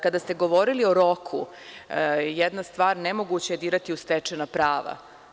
Kada ste govorili o roku, jedna stvar, nemoguće je dirati u stečena prava.